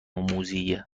موذیه